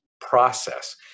process